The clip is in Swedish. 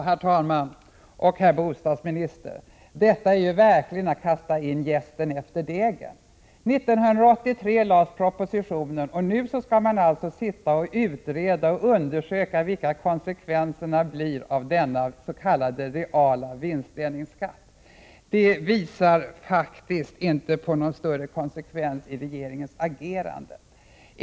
Herr talman! Det här är verkligen att kasta in jästen efter degen, herr bostadsminister. År 1983 lades propositionen fram, och nu skall det utredas och undersökas vilka konsekvenserna blir av denna s.k. reala vinstdelningsskatt. Det tyder faktiskt inte på någon större konsekvens i regeringens agerande.